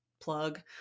plug